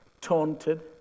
taunted